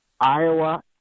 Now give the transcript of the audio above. Iowa